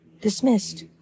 Dismissed